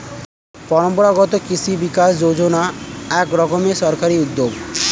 পরম্পরাগত কৃষি বিকাশ যোজনা এক রকমের সরকারি উদ্যোগ